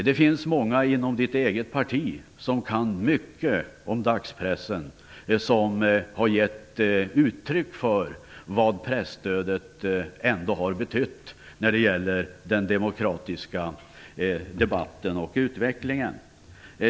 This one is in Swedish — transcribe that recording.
Det finns många inom hans eget parti som kan mycket om dagspressen och som har givit uttryck för vad presstödet trots allt har betytt för den demokratiska debatten och utvecklingen.